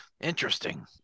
Interesting